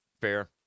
Fair